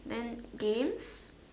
then games